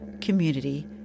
community